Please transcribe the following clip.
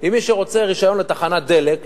עם מי שרוצה רשיון לתחנת דלק,